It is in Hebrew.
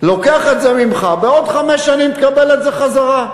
לוקח את זה ממך, ובעוד חמש שנים תקבל את זה חזרה.